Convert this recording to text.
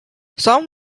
some